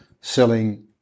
selling